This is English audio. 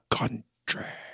country